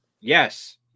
Yes